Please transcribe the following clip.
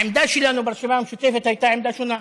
העמדה שלנו ברשימה המשותפת הייתה עמדה שונה,